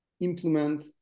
implement